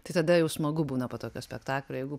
tai tada jau smagu būna po tokio spektaklio jeigu